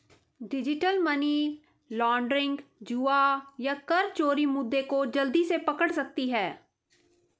digital money laundering, जुआ या कर चोरी मुद्दे को जल्दी से पकड़ सकती है